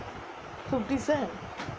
fifty cent